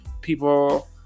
people